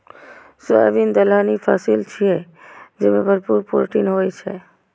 soybean दलहनी फसिल छियै, जेमे भरपूर प्रोटीन होइ छै